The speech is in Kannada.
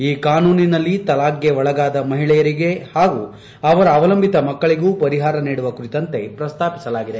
ಈ ಕಾನೂನಿನಲ್ಲಿ ತಲಾಖ್ಗೆ ಒಳಗಾದ ಮಹಿಳೆಯರಿಗೂ ಹಾಗೂ ಅವಲಂಬಿತ ಮಕ್ಕಳಿಗೂ ಪರಿಹಾರ ನೀಡುವ ಕುರಿತಂತೆ ಪ್ರಸ್ತಾಪಿಸಲಾಗಿದೆ